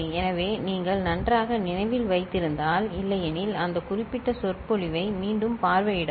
எனவே நீங்கள் நன்றாக நினைவில் வைத்திருந்தால் இல்லையெனில் அந்த குறிப்பிட்ட சொற்பொழிவை மீண்டும் பார்வையிடவும்